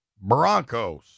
Broncos